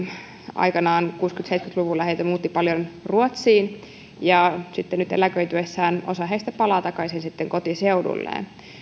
aikanaan kuusikymmentä viiva seitsemänkymmentä luvuilla heitä muutti paljon ruotsiin ja sitten nyt eläköityessään osa heistä palaa takaisin kotiseudulleen